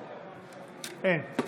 אין.